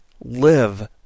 live